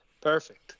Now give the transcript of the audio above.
Perfect